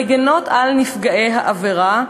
המגינות על נפגעי העבירה,